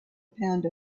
pound